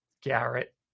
Garrett